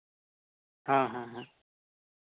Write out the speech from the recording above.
ᱦᱮᱸ ᱦᱮᱸ